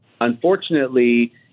Unfortunately